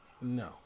No